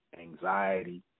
anxiety